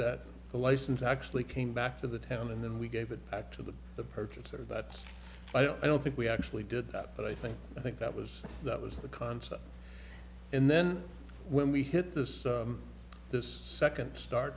that the license actually came back to the town and then we gave it back to the the purchaser that i don't think we actually did that but i think i think that was that was the concept and then when we hit this this second star